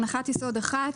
הנחת יסוד אחת,